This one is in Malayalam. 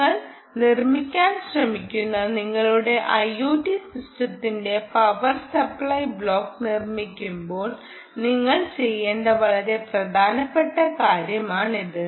നിങ്ങൾ നിർമ്മിക്കാൻ ശ്രമിക്കുന്ന നിങ്ങളുടെ ഐഒടി സിസ്റ്റത്തിന്റെ പവർ സപ്ലൈ ബ്ലോക്ക് നിർമ്മിക്കുമ്പോൾ നിങ്ങൾ ചെയ്യേണ്ട വളരെ പ്രധാനപ്പെട്ട കാര്യമാണിത്